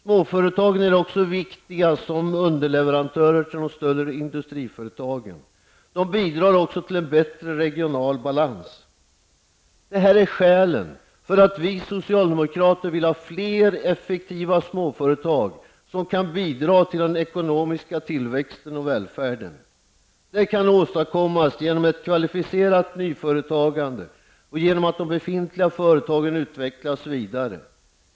Småföretagen är också viktiga som underleverantörer till de större industriföretagen. De bidrar även till en bättre regional balans. Det är skälen till att vi socialdemokrater vill ha fler effektiva småföretag, som kan bidra till den ekonomiska tillväxten och välfärden. Det kan åstadkommas genom ett kvalificerat nyföretagande och genom att de befintliga företagen utvecklas vidare.